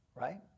right